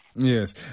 Yes